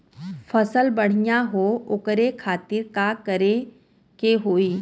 फसल बढ़ियां हो ओकरे खातिर का करे के होई?